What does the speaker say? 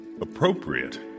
Appropriate